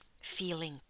feeling